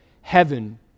heaven